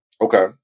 Okay